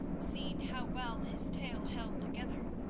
seeing how well his tale held together,